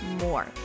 more